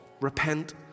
repent